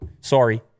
Sorry